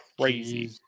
crazy